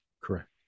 Correct